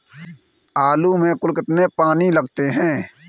आलू में कुल कितने पानी लगते हैं?